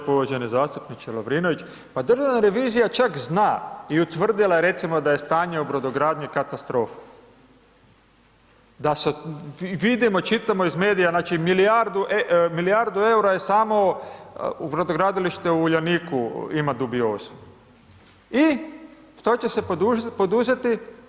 Hvala lijepa uvaženi zastupniče Lovrinović, pa Državna revizija čak zna i utvrdila je recimo da je stanje u brodogradnji katastrofa, da su, vidimo, čitamo iz medija, znači, milijardu EUR-a je samo u Brodogradilište u Uljaniku ima dubiozu i šta će se poduzeti?